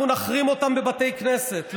אנחנו נחרים אותם בבתי כנסת.